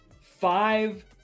five